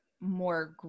more